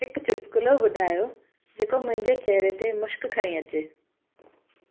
हिकु चुटकुलो ॿुधायो जेको मुंहिंजे चहिरे ते मुश्क खणी अचे